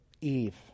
Eve